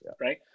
Right